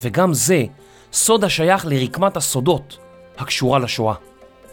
וגם זה סוד השייך לרקמת הסודות הקשורה לשואה.